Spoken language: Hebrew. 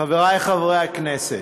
חברי חברי הכנסת,